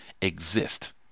exist